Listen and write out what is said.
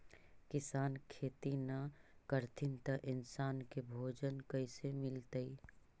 किसान खेती न करथिन त इन्सान के भोजन कइसे मिलतइ?